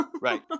Right